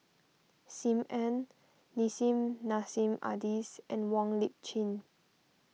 Sim Ann Nissim Nassim Adis and Wong Lip Chin